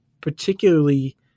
particularly